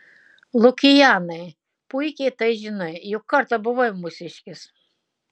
lukianai puikiai tai žinai juk kartą buvai mūsiškis